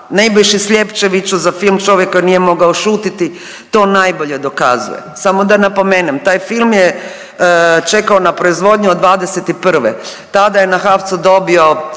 Nebojši Slijepčeviću za film Čovjek koji nije mogao šutjeti to najbolje dokazuje. Samo da napomenem taj film je čekao na proizvodnju od '21. Tada je na HAVC-u dobio